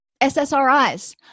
SSRIs